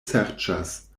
serĉas